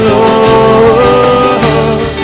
Lord